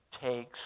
takes